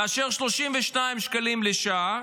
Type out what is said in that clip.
32 שקלים לשעה,